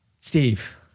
Steve